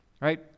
right